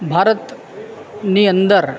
ભારતની અંદર